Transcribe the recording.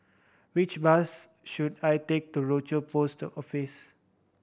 which bus should I take to Rochor Post Office